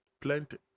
plenty